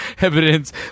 evidence